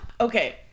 Okay